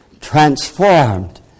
transformed